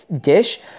dish